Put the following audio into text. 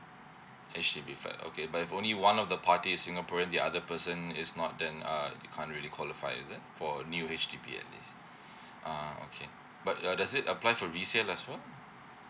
H_D_B flat okay but if only one of the party is singaporean the other person is not then uh can't really qualify is it for a new H_D_B at least ah okay but uh does it apply for resale as well